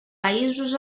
països